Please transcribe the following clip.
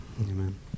Amen